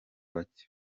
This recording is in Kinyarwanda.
bake